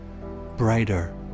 brighter